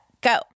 Go